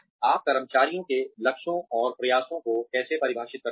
आप कर्मचारी के लक्ष्यों और प्रयासों को कैसे परिभाषित करते हैं